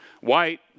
white